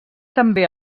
també